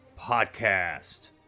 podcast